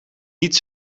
niet